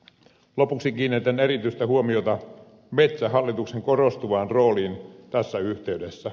lopuksi kiinnitän erityistä huomiota metsähallituksen korostuvaan rooliin tässä yhteydessä